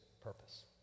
purpose